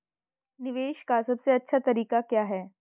निवेश का सबसे अच्छा तरीका क्या है?